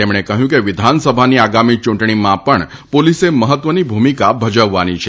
તેમણે કહ્યું કે વિધાનસભાની આગામી ચુંટણીમાં પણ પોલીસે મહત્વની ભૂમિકા ભજવવાની છે